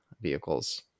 vehicles